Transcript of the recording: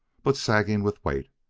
but sagging with weight.